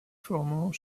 formant